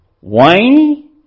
whiny